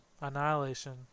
Annihilation